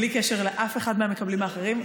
בלי קשר לאף אחד מהמקבלים האחרים,